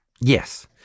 Yes